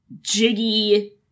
Jiggy